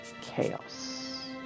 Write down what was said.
Chaos